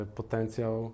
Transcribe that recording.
potencjał